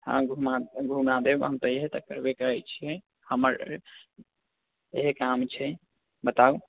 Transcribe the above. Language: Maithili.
हँ घुमा घुमा देब हम तऽ इएह तऽ करबे करै छिए हमर इएह काम छै बताउ